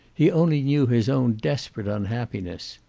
he only knew his own desperate unhappiness.